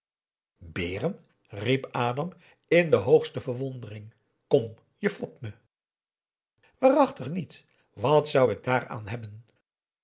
beren riep adam in de hoogste verwondering kom je fopt me waarachtig niet wat zou ik daaraan hebben